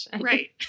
Right